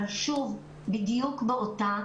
אבל שוב בדיוק באותו